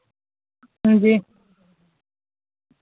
हांजी